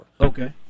Okay